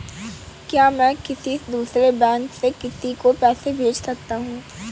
क्या मैं किसी दूसरे बैंक से किसी को पैसे भेज सकता हूँ?